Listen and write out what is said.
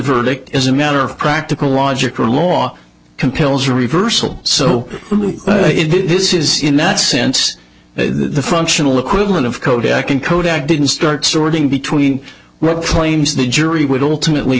verdict is a matter of practical logic or law compels a reversal so if this is in that sense the functional equivalent of kodak in kodak didn't start sorting between work claims the jury would alternately